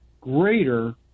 greater